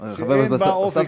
שאין בה אופק מדיני,